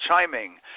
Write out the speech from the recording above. chiming